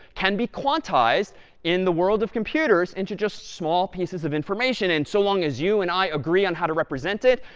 can be quantized in the world of computers and into just small pieces of information. and so long as you and i agree on how to represent it,